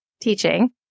teaching